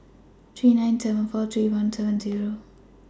three nine seven four three one seven Zero